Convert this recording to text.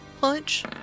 punch